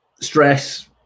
stress